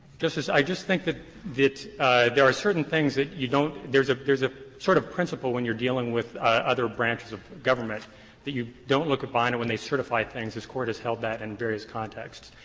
justice, i just think that that there are certain things that you don't there's a there's a sort of principle when you're dealing with other branches of government that you don't look behind it when they certify things. this court has held that in various contexts.